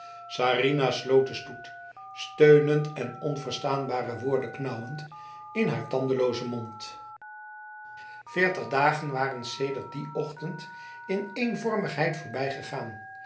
sarinah sloot de stoet steunend en onverstaanbare woorden kauwend in haar tandeloze mond veertig dagen waren sedert die ochtend in eenvormigheid voorbijgegaan